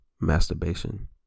masturbation